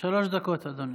רוטמן, שלוש דקות, אדוני.